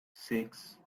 six